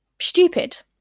stupid